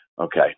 Okay